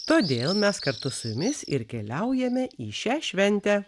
todėl mes kartu su jumis ir keliaujame į šią šventę